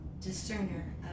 discerner